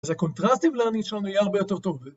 אז הקונטרסטיב לרנינג שלנו יהיה הרבה יותר טוב.